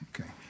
okay